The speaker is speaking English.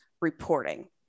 reporting